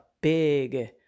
big